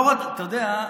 אתה יודע,